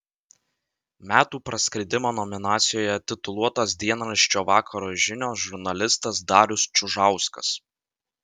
metų praskridimo nominacijoje tituluotas dienraščio vakaro žinios žurnalistas darius čiužauskas